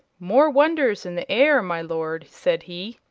more wonders in the air, my lord, said he.